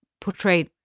portrayed